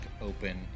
open